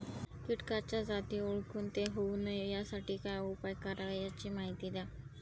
किटकाच्या जाती ओळखून ते होऊ नये यासाठी काय उपाय करावे याची माहिती द्या